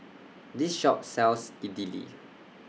This Shop sells Idili